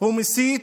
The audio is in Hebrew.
הוא מסית